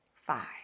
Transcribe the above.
five